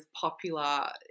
popular